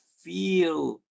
feel